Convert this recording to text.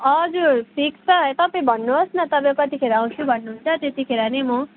हजुर फिक्स त तपाईँ भन्नुहोस् न तपाईँ कतिखेर आउँछु भन्नुहुन्छ त्यतिखेर नै म